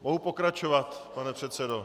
Mohu pokračovat, pane předsedo?